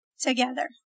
together